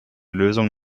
lösung